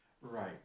Right